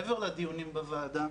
מעבר לדיונים בוועדה.